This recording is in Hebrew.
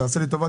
תעשה לי טובה,